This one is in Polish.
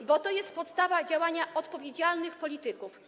Dlatego że to jest podstawa działania odpowiedzialnych polityków.